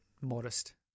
modest